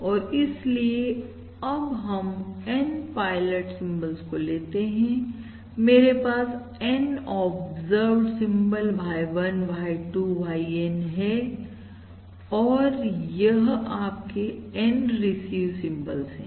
और इसलिए अब हम N पायलट सिंबल को लेते हैं मेरे पास N observed symbol Y1 Y2 YN है और यह आपके N रिसीव सिंबल्स है